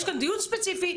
יש כאן דיון ספציפי.